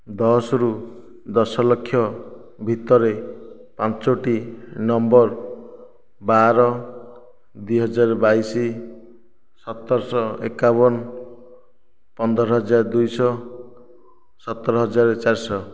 ଦଶ ରୁ ଦଶଲକ୍ଷ ଭିତରେ ପାଞ୍ଚୋଟି ନମ୍ବର ବାର ଦୁଇ ହଜାର ବାଇଶ ସତରଶହ ଏକାବନ ପନ୍ଦର ହଜାର ଦୁଇ ଶହ ସତର ହଜାର ଚାରିଶହ